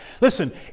Listen